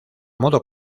modo